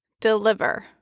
deliver